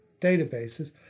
databases